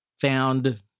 found